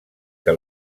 que